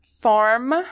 Farm